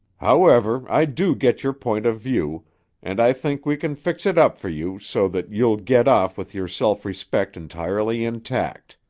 however, i do get your point of view and i think we can fix it up for you so that you'll get off with your self-respect entirely intact.